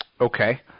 okay